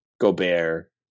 Gobert